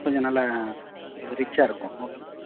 கொஞ்சம் நல்லா கொஞ்சம் ரிச்சா இருக்கும் ஓகேங்க